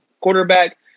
quarterback